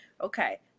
Okay